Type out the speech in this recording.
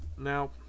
Now